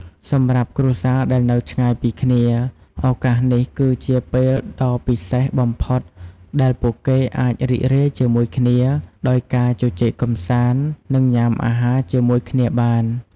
សមា្រប់គ្រួសារដែលនៅឆ្ងាយពីគ្នា ឱកាសនេះគឺជាពេលដ៏ពិសេសបំផុតដែលពួកគេអាចរីករាយជាមួយគ្នា ដោយការជជែកកំសាន្ត និងញ៉ាំអាហារជាមួយគ្នាបាន។